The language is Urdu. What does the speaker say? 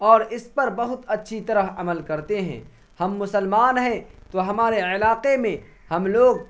اور اس پر بہت اچھی طرح عمل کرتے ہیں ہم مسلمان ہیں تو ہمارے علاقے میں ہم لوگ